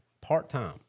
part-time